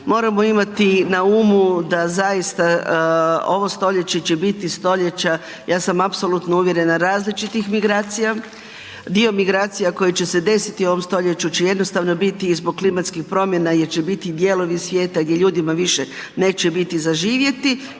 Moramo imati na umu da zaista ovo stoljeće će biti, stoljeće ja sam apsolutno uvjerena različitih migracija. Dio migracija koji će se desiti u ovom stoljeću će jednostavno biti i zbog klimatskih promjena jer će biti dijelovi svijeta gdje ljudima neće biti za živjeti.